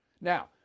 Now